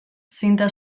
zinta